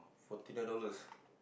forty nine dollars